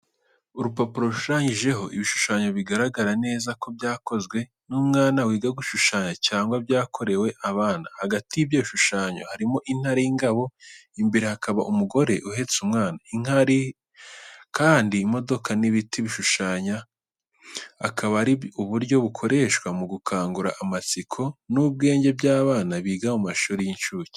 Urupapuro rushushanyijeho ibishushanyo bigaragara neza ko byakozwe n'umwana wiga gushushanya cyangwa byakorewe abana, hagati y'ibyo bishushanyo harimo intare y'ingabo, imbere hakaba umugore uhetse umwana, inka, hari kandi imodoka, n'ibiti. Ibishushanyo akaba ari uburyo bukoreshwa mu gukangura amatsiko n'ubwenge by'abana biga mu mashuri y'incuke.